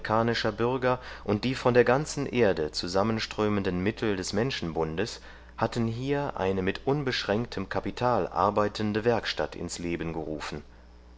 bürger und die von der ganzen erde zusammenströmenden mittel des menschenbundes hatten hier eine mit unbeschränktem kapital arbeitende werkstatt ins leben gerufen